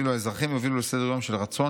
ואילו האזרחים יובילו לסדר-יום של רצון